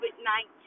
COVID-19